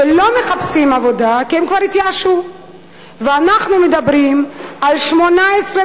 שלא מחפשים עבודה, כי הם כבר התייאשו.